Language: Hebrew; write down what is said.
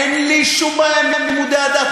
אין לי שום בעיה עם לימודי הדת,